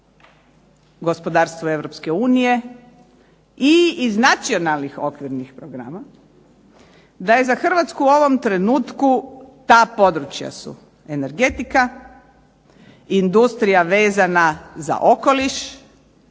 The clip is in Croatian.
gospodarstva EU i iz nacionalnih okvirnih programa da je za Hrvatsku u ovom trenutku ta područja su energetika, industrija vezana za okoliš,